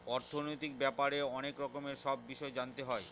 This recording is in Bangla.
অর্থনৈতিক ব্যাপারে অনেক রকমের সব বিষয় জানতে হয়